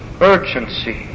urgency